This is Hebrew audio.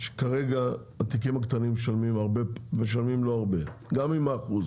שכרגע התיקים הקטנים לא משלמים הרבה, גם עם האחוז,